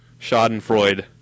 Schadenfreude